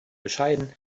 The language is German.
bescheiden